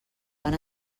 van